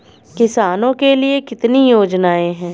किसानों के लिए कितनी योजनाएं हैं?